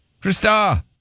Krista